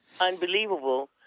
Unbelievable